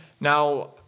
Now